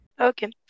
Okay